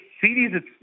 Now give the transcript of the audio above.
series